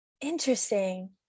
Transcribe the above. Interesting